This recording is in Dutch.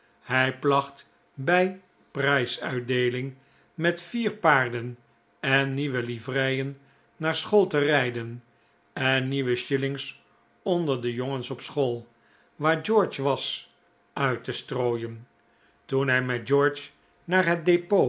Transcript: hij placht bij prijsuitdeeling met vier paarden en nieuwe livreien naar school te rijden en nieuwe shillings onder de jongens op school waar george was uit te strooien toen hij met george naar het